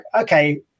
okay